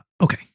Okay